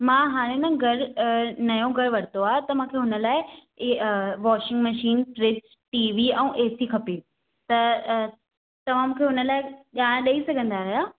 मां हाणे ना घरु नयो घरु वरितो आहे त मूंखे हुन लाइ washing machine fridge T V ऐं ए सी खपे त अ तव्हां मूंखे हुन लाइ ॼाणु ॾेई सघंदा आहियो छा